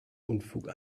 unfug